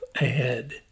ahead